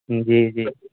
جی جی